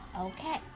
Okay